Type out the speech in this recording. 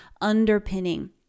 underpinning